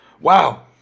Wow